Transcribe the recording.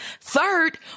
Third